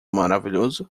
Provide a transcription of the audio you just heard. maravilhoso